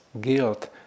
guilt